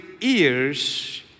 ears